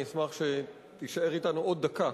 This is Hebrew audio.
אני אשמח שתישאר אתנו עוד דקה,